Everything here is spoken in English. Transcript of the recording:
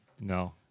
No